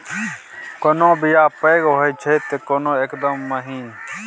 कोनो बीया पैघ होई छै तए कोनो एकदम महीन